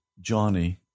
Johnny